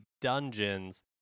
dungeons